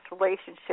relationship